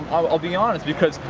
i'll be honest, because,